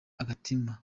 agatima